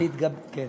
כן.